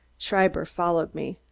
schreiber followed me.